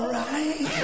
right